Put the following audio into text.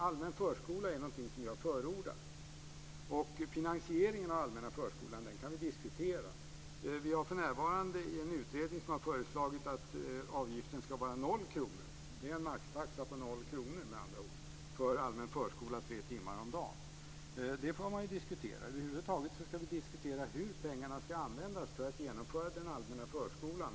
Allmän förskola är någonting som jag förordar. Finansieringen av den allmänna förskolan kan vi diskutera. Vi har för närvarande en utredning som har föreslagit att avgiften ska vara 0 kr. Det är med andra ord en maxtaxa på 0 kr för allmän förskola tre timmar om dagen. Det får man diskutera. Över huvud taget ska vi diskutera hur pengarna ska användas för att genomföra den allmänna förskolan.